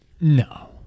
No